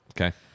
Okay